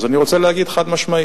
אז אני רוצה להגיד חד-משמעית: